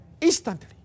Instantly